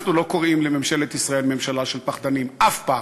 אנחנו לא קוראים לממשלת ישראל ממשלה של פחדנים אף פעם.